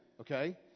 okay